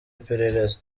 iperereza